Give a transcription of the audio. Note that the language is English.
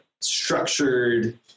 structured